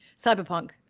Cyberpunk